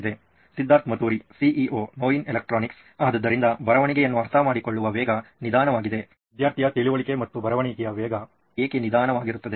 Siddharth Mathuri CEO ನೋಯಿನ್ electronics ಆದ್ದರಿಂದ ಬರವಣಿಗೆಯನ್ನು ಅರ್ಥಮಾಡಿಕೊಳ್ಳುವ ವೇಗ ನಿಧಾನವಾಗಿದೆ ವಿದ್ಯಾರ್ಥಿಯ ತಿಳುವಳಿಕೆ ಮತ್ತು ಬರವಣಿಗೆಯ ವೇಗ ಏಕೆ ನಿಧಾನವಾಗಿರುತ್ತದೆ